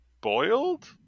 boiled